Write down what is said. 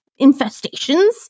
infestations